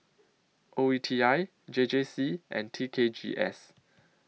O E T I J J C and T K G S